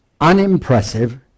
unimpressive